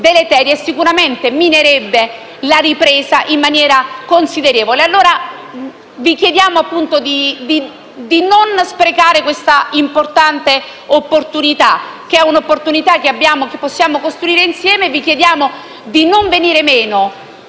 sicuramente minerebbe la ripresa in maniera considerevole. Vi chiediamo di non sprecare questa importante opportunità che possiamo costruire insieme. Vi chiediamo di non venire meno